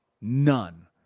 none